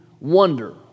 wonder